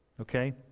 Okay